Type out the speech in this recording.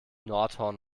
nordhorn